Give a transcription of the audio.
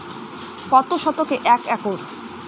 কত শতকে এক একর?